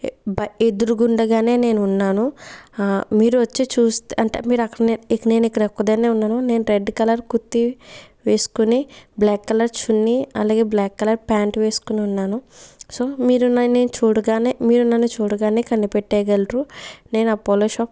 ఎ బై ఎదురుగుండగానే నేనున్నాను మీరు వచ్చి చూస్తే అంటే మీరు అక్కడ నేను ఇక్కడ నేను ఇక్కడ ఒక్కదాన్నే ఉన్నాను నేన్ రెడ్ కలర్ కుర్తీ వేసుకుని బ్ల్యాక్ కలర్ చున్నీ అలాగే బ్ల్యాక్ కలర్ ప్యాంట్ వేసుకొని ఉన్నాను సో మీరు నన్ని చూడగానే మీరు నన్ను చూడగానే కనిపెట్టేయగలరు నేను అపోలో షాప్